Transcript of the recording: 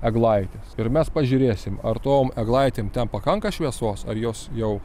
eglaitės ir mes pažiūrėsim ar tom eglaitėm ten pakanka šviesos ar jos jau